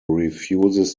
refuses